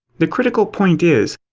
the critical point is,